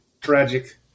tragic